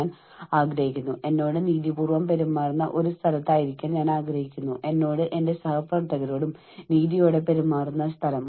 നമ്മൾ സംസാരിക്കുന്നത് ജോലി കുടുംബം ഇത് രണ്ടും സന്തുലിതമായി കൊണ്ടുപോകുന്നതിനുള്ള നമ്മുടെ കഴിവിനെക്കുറിച്ചാണ്